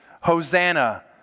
Hosanna